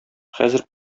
хәзер